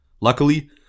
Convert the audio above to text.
Luckily